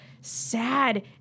sad